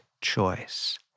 choice